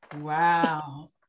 Wow